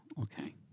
okay